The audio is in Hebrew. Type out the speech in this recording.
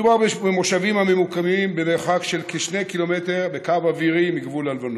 מדובר במושבים הממוקמים במרחק של כ-2 קילומטרים בקו אוויר מגבול הלבנון.